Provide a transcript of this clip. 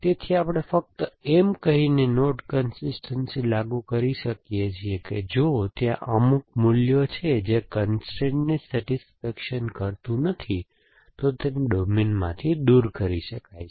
તેથી આપણે ફક્ત એમ કહીને નોડ કન્સિસ્ટનસી લાગુ કરી શકીએ છીએ કે જો ત્યાં અમુક મૂલ્ય છે જે કન્સ્ટ્રેઇનને સેટિસ્ફેક્શન કરતુ નથી તો તેને ડોમેનમાંથી દૂર શકાય છે